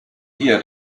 hear